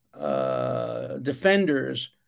defenders